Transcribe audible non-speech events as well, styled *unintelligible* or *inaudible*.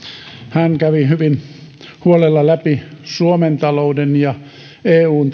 hän kävi hyvin huolella läpi suomen talouden ja eun *unintelligible*